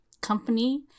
company